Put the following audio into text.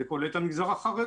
זה כולל את המגזר החרדי.